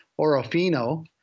Orofino